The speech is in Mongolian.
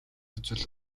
үзвэл